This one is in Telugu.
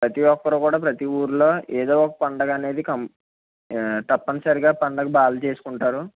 ప్రతి ఒక్కరు కూడా ప్రతి ఒక్క ఊరిలో ఏదో ఒక పండుగ అనేది కం ఆ తప్పనిసరిగా పండుగ బాగా చేసుకుంటారు